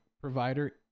provider